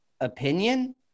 opinion